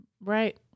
Right